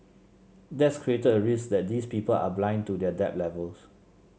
that's created a risk that these people are blind to their debt levels